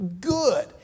good